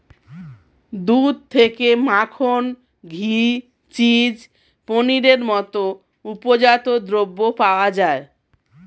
দুধ থেকে মাখন, ঘি, চিজ, পনিরের মতো উপজাত দ্রব্য পাওয়া যায়